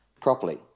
properly